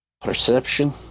Perception